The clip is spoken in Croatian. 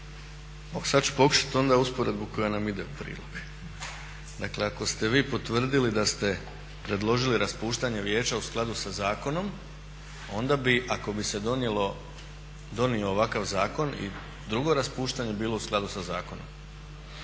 sada ću pokušati onda usporedbu koja nam ide u prilog. Dakle ako ste vi potvrdili da ste predložili raspuštanje vijeća u skladu sa zakonom onda bi ako bi se donio ovakav zakon i drugo raspuštanje bilo u skladu sa zakonom.